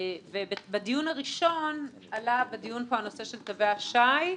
בדיון הראשון עלה בדיון פה הנושא של תווי השי.